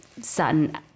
certain